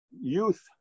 youth